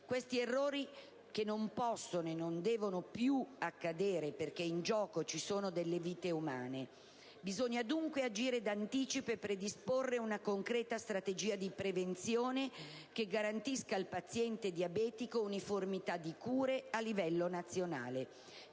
Questi errori non possono e non devono più accadere, perché in gioco ci sono delle vite umane. Bisogna dunque agire d'anticipo e predisporre una concreta strategia di prevenzione che garantisca al paziente diabetico uniformità di cure a livello nazionale.